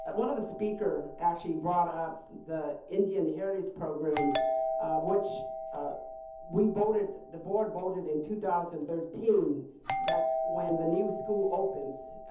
one of the speakers actually brought up the indian heritage program which ah we voted, the board voted in two thousand thirteen that when the new school opens,